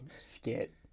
skit